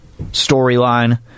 storyline